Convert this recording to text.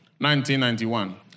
1991